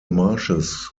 marshes